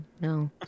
no